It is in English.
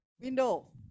Window